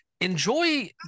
Enjoy